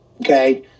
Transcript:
okay